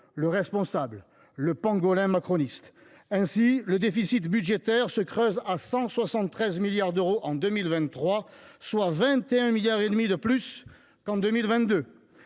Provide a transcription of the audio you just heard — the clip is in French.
le responsable : le pangolin macroniste. Ainsi, le déficit budgétaire se creuse pour atteindre 173 milliards d’euros en 2023, soit 21,5 milliards d’euros de plus qu’en 2022.